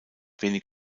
wenig